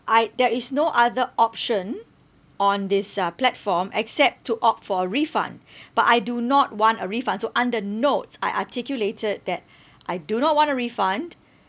I there is no other option on this uh platform except to opt for a refund but I do not want a refund so under notes I articulated that I do not want a refund